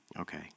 Okay